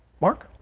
mark